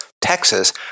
Texas